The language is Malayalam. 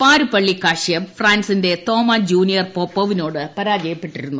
പാരുപ്പള്ളി കാശ്യപ് ഫ്രാൻസിന്റെ തോമാ ജൂനിയർ പോപോവിനോട് പരാജയപ്പെട്ടിരുന്നു